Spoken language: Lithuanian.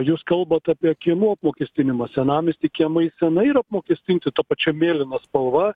jūs kalbat apie kiemų apmokestinimą senamiesty kiemai senai yra apmokestinti ta pačia mėlyna spalva